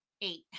Eight